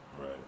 right